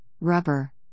rubber